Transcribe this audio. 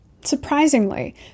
Surprisingly